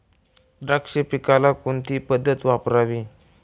द्राक्ष पिकाला कोणती पद्धत वापरावी?